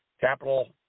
capital